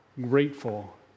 grateful